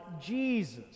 Jesus